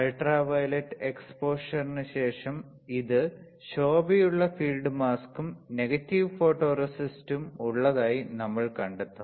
ultraviolet എക്സ്പോഷറിന് ശേഷം ഇത് ശോഭയുള്ള ഫീൽഡ് മാസ്കും നെഗറ്റീവ് ഫോട്ടോറെസിസ്റ്റും ഉള്ളതായി നമ്മൾ കണ്ടെത്തും